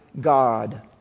God